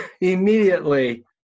immediately